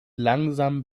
langsam